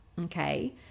Okay